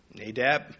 Nadab